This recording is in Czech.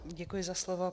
Děkuji za slovo.